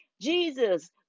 Jesus